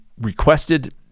requested